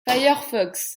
firefox